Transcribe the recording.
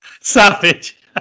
Savage